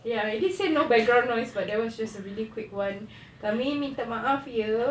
ya I did say no background noise but that was just a really quick one kami minta maaf iya